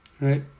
right